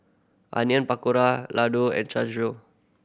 Onion Pakora Ladoo and